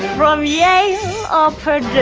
from yei offered